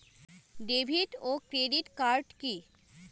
David ও credit card কি?